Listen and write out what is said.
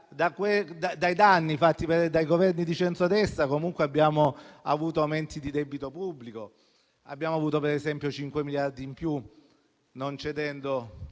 Dai danni fatti dai Governi di centrodestra abbiamo avuto aumenti di debito pubblico; abbiamo avuto per esempio 5 miliardi in più di debito